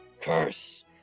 curse